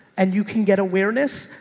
and you can get awareness.